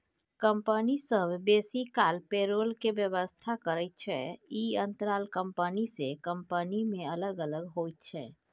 company सब बेसी काल पेरोल के व्यवस्था करैत छै, ई अंतराल कंपनी से कंपनी में अलग अलग होइत छै